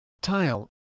tile